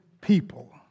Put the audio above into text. people